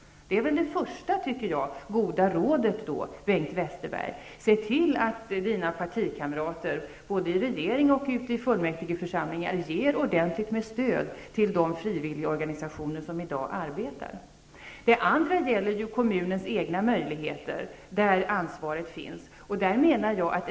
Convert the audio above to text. Det är det första goda rådet, Bengt Westerberg. Se till att dina partikamrater, både i regering och i fullmäktigeförsamlingar, ger ordentligt stöd till de frivilligorganisationer som i dag arbetar på det här området. Det andra rådet gäller kommunens egna möjligheter -- eftersom det är där ansvaret ligger.